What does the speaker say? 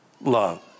love